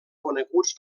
coneguts